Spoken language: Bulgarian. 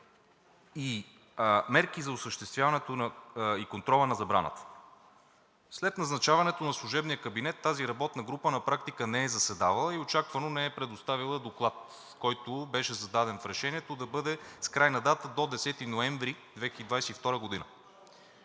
и мерки за осъществяването и контрола на забраната. След назначаването на служебния кабинет тази работна група на практика не е заседавала и очаквано не е предоставила доклад, който беше зададен в решението да бъде с крайна дата до 10 ноември 2022 г.